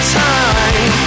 time